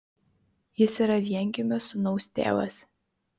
jis yra viengimio sūnaus tėvas